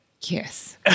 Yes